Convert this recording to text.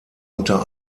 unter